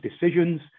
decisions